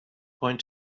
point